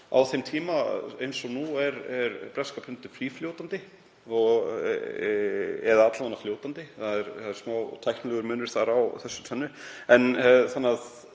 á þeim tíma, eins og nú er, var breska pundið frífljótandi eða alla vega fljótandi, það er smá tæknilegur munur á þessu tvennu,